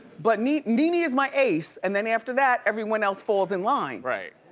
but nene nene is my ace and then after that, everyone else falls in line. right.